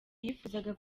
yifuzaga